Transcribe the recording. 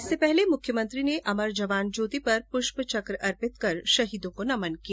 इससे पहले मुख्यमंत्री ने अमर जवान ज्योति पर पुष्प चक्र अर्पित कर शहीदों को नमन किया